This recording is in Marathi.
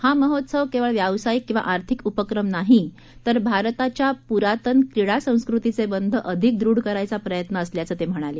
हा महोत्सव केवळ व्यावसायिक किंवा आर्थिक उपक्रम नाही तर भारताच्या पुरातन क्रिडा आणि खेळाच्या संस्कृतीचे बंध अधिक दृढ करायचा प्रयत्न असल्याचं ते म्हणाले